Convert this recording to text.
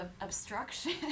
obstruction